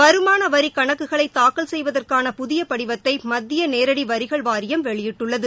வருமானவரி கணக்குகளை தாக்கல் செய்வதற்கான புதிய படிவத்தை மத்திய நேரடி வரிகள் வாரியம் வெளியிட்டுள்ளது